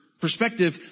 perspective